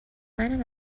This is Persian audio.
منم